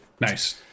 Nice